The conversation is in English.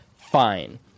fine